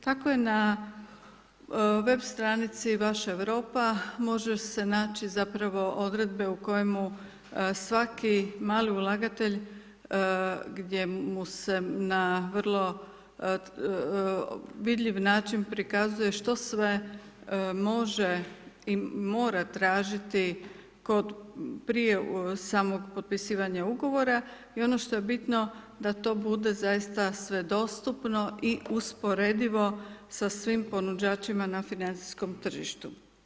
Tako je na web stranici Vaša Europa može se naći zapravo odredbe u kojemu svaki mali ulagatelj gdje mu se na vrlo vidljiv način prikazuje što sve može i mora tražiti kod prije samog potpisivanja ugovora i ono što je bitno da to bude sve dostupno i usporedivo sa svim ponuđačima na financijskom tržištu.